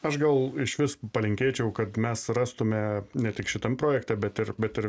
aš gal išvis palinkėčiau kad mes rastume ne tik šitam projekte bet ir bet ir